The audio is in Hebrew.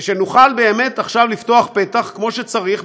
ושנוכל באמת עכשיו לפתוח פתח כמו שצריך,